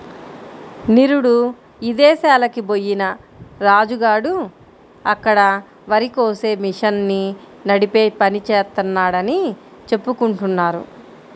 నిరుడు ఇదేశాలకి బొయ్యిన రాజు గాడు అక్కడ వరికోసే మిషన్ని నడిపే పని జేత్తన్నాడని చెప్పుకుంటున్నారు